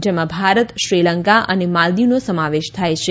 જેમાં ભારત શ્રીલંકા અને માલદીવનો સમાવેશ થાય છે